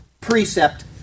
precept